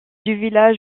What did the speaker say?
déserteur